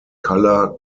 color